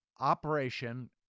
Operation